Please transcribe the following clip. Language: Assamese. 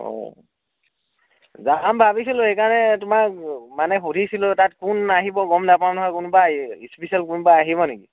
অ' যাম ভাবিছিলোঁ সেইকাৰণে তোমাক মানে সুধিছিলোঁ তাত কোন আহিব গম নাপাওঁ নহয় কোনোবা স্পেচিয়েল কোনোবা আহিব নেকি